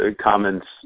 comments